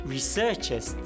Researchers